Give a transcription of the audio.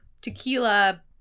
tequila